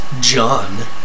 John